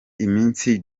iminsi